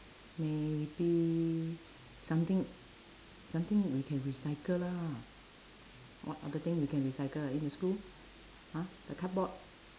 maybe something something we can recycle lah what other thing we can recycle in the school !huh! the cardboard